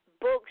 books